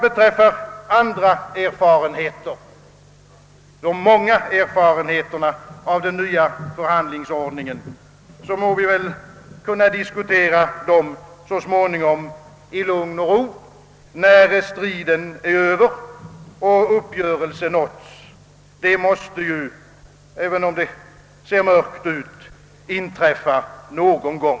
De många erfarenheterna i övrigt av den nya förhandlingsordningen må vi kunna diskutera i lugn och ro, när striden så småningom är över och uppgörelse nåtts. Detta måste ju, även om det nu ser mörkt ut, inträffa någon gång.